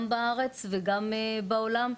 גם בארץ וגם בעולם.